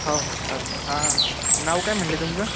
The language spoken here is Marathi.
हो हो चालतं हां नाव काय म्हणाले तुमचं